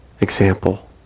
example